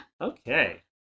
Okay